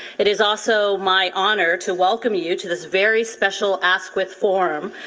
it is also my honor to welcome you to this very special askwith forum,